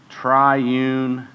triune